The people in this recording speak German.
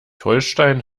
holstein